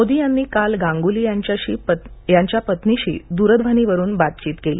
मोदी यांनी काल गांगुली यांच्या पत्नीशी दूरध्वनीवरून बातचीत केली